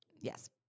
yes